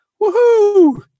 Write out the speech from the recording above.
woohoo